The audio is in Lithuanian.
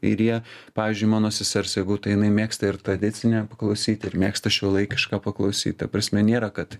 ir jie pavyzdžiui mano sesers jeigu tai jinai mėgsta ir tradicinę paklausyt ir mėgsta šiuolaikišką paklausyt ta prasme nėra kad